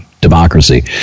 democracy